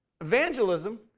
Evangelism